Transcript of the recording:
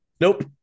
Nope